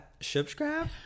subscribe